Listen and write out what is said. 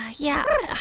yeah,